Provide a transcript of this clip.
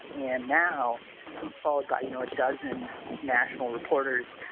and now he's followed by you know a dozen national reporters.